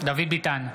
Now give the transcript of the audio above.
דוד ביטן,